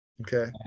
Okay